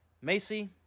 Macy